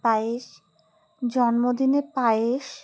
পায়েশ জন্মদিনে পায়েস